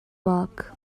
book